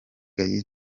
nka